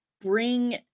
bring